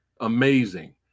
Amazing